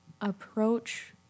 approach